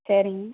சரிங்க